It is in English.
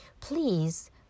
please